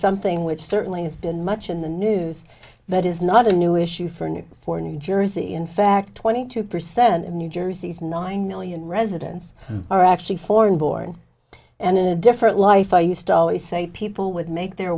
something which certainly has been much in the news that is not a new issue for new for new jersey in fact twenty two percent of new jersey's nine million residents are actually foreign born and in a different life i used to always say people would make their